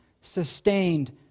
sustained